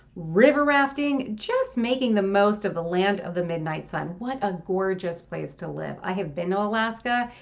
river rafting, just making the most of the land of the midnight sun. what a gorgeous place to live. i have been to ah alaska,